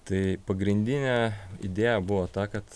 tai pagrindinė idėja buvo ta kad